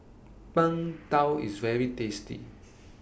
Png Tao IS very tasty